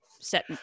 set